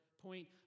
point